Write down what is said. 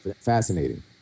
fascinating